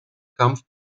kampf